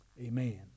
Amen